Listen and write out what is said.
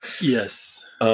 Yes